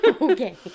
Okay